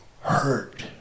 hurt